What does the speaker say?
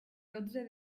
dotze